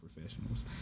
Professionals